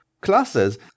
classes